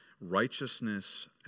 righteousness